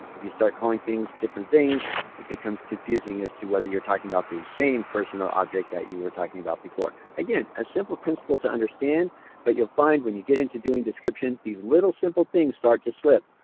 if you start calling things different things it becomes confusing as to whether you're talking about the same person or object that you were talking about before. again, a simple principle to understand but you'll find when you get in to doing description little simple things start to slip,